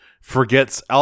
forgets